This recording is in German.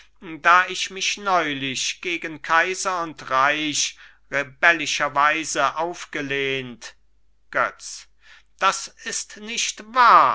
da ich mich neulich gegen kaiser und reich rebellischerweise aufgelehnt götz das ist nicht wahr